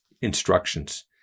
instructions